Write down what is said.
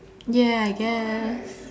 ya I guess